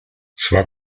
zwar